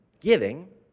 giving